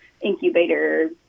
incubator